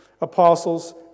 apostles